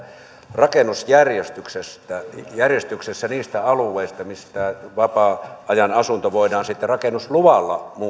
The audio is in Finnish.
rakennusjärjestyksessä niistä alueista missä vapaa ajanasunto voidaan sitten rakennusluvalla muuttaa